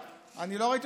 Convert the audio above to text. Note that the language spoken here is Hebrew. אבל אני לא חייב